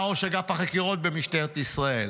הוא היה ראש אגף החקירות במשטרת ישראל.